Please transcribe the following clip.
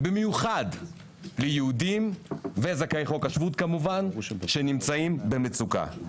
ובמיוחד ליהודים וזכאי חוק השבות כמובן שנמצאים במצוקה.